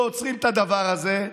ועוצרים את הדבר הזה,